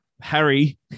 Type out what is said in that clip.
Harry